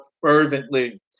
fervently